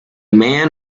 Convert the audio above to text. man